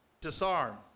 disarm